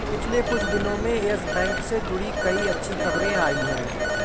पिछले कुछ दिनो में यस बैंक से जुड़ी कई अच्छी खबरें आई हैं